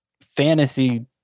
fantasy